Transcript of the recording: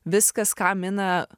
viskas ką mina